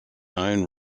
own